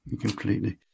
completely